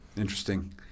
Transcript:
Interesting